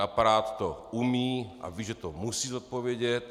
Aparát to umí a ví, že to musí zodpovědět.